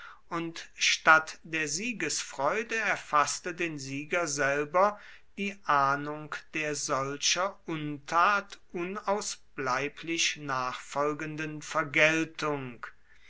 und statt der siegesfreude erfaßte den sieger selber die ahnung der solcher untat unausbleiblich nachfolgenden vergeltung